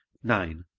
nine.